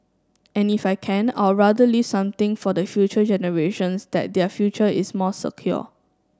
and if I can I'd rather leave something for the future generations that their future is more secure